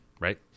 right